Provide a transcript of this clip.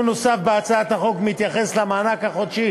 תיקון נוסף בהצעת החוק מתייחס למענק החודשי